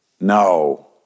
no